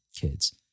kids